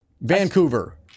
Vancouver